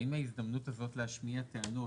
האם ההזדמנות הזאת להשמיע טענות,